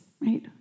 right